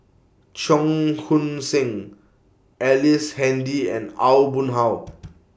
Cheong Koon Seng Ellice Handy and Aw Boon Haw